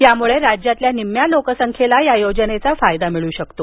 यामुळं राज्यातील निम्म्या लोकसंख्येला यायोजनेचा फायदा मिळू शकतो